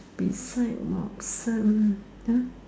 beside Watsons